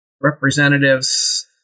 representatives